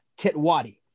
titwadi